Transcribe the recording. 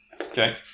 Okay